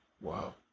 Wow